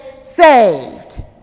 saved